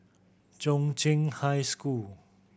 Chung Cheng High School